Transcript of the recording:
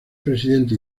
presidente